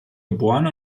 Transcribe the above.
geboren